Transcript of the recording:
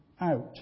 out